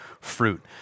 fruit